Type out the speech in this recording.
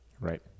Right